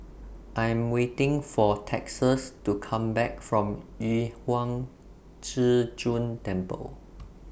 I Am waiting For Texas to Come Back from Yu Huang Zhi Zun Temple